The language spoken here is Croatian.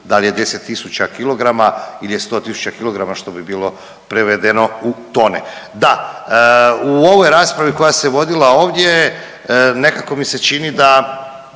il je 100 tisuća kilograma što bi bilo prevedeno u tone. Da, u ovoj raspravi koja se vodila ovdje nekako mi se čini da